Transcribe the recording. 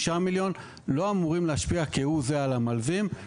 מיליון ₪ לא אמורה להשפיע כהוא זה על המלווים,